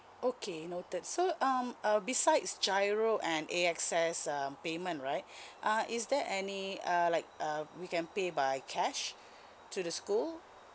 okay noted so um uh besides giro and A_X_S um payment right uh is there any uh like uh we can pay by cash to the school